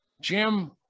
Jim